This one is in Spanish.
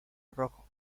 rojo